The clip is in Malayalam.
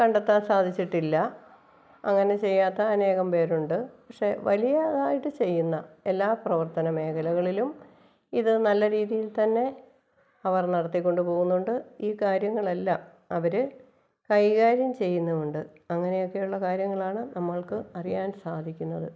കണ്ടെത്താൻ സാധിച്ചിട്ടില്ല അങ്ങനെ ചെയ്യാത്ത അനേകം പേരുണ്ട് പക്ഷേ വലിയതായിട്ട് ചെയ്യുന്ന എല്ലാ പ്രവർത്തനമേഖലകളിലും ഇത് നല്ല രീതിയിൽ തന്നെ അവർ നടത്തികൊണ്ട് പോകുന്നുണ്ട് ഈ കാര്യങ്ങളെല്ലാം അവർ കൈകാര്യം ചെയ്യുന്നുമുണ്ട് അങ്ങനെയൊക്കെയുള്ള കാര്യങ്ങളാണ് നമ്മൾക്ക് അറിയാൻ സാധിക്കുന്നത്